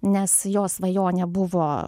nes jo svajonė buvo